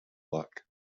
luck